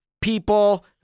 people